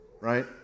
right